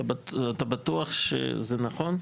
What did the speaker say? אתה בטוח שזה נכון?